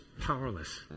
powerless